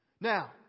Now